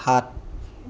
সাত